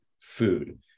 food